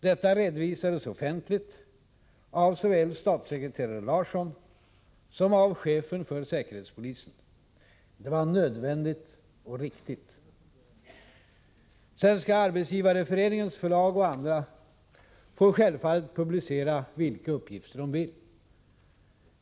Detta redovisades offentligt av såväl statssekreterare Larsson som chefen för säkerhetspolisen. Det var nödvändigt och riktigt. Svenska arbetsgivareföreningens förlag och andra får självfallet publicera vilka uppgifter de vill.